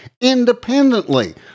independently